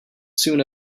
soon